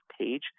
page